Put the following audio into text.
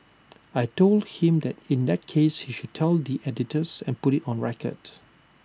I Told him that in that case he should tell the editors and put IT on record